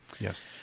Yes